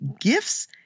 gifts